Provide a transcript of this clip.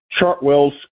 Chartwell's